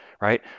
right